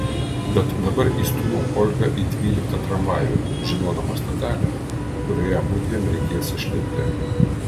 bet dabar įstūmiau olgą į dvyliktą tramvajų žinodama stotelę kurioje mudviem reikės išlipti